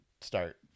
start